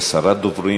יש עשרה דוברים.